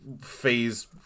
phase